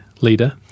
leader